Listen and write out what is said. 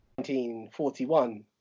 1941